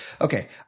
Okay